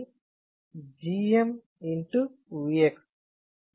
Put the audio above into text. Vx గా నిర్వచించాము